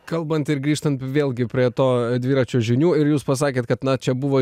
kalbant ir grįžtant vėlgi prie to dviračio žinių ir jūs pasakėt kad na čia buvo